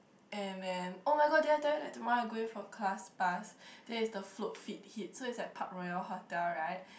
and then [oh]-my-god did I tell you that tomorrow I going for class pass then it's the float fit hit so it's at Park Royal Hotel right